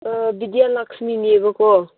ꯕꯤꯗꯤꯌꯥꯂꯛꯁꯃꯤꯅꯦꯕꯀꯣ